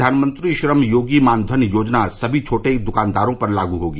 प्रधानमंत्री श्रम योगी मानधन योजना सभी छोटे दुकानदारों पर भी लागू होगी